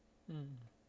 mm